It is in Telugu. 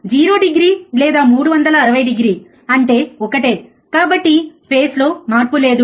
0 డిగ్రీ లేదా 360 డిగ్రీ అంటే ఒకటే కాబట్టి ఫేస్ లో మార్పు లేదు